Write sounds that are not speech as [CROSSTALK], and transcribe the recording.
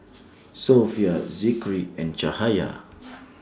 Sofea [NOISE] Zikri and [UNINTELLIGIBLE]